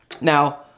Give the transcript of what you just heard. Now